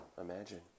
imagine